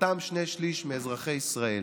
ואותם שני-שלישים מאזרחי ישראל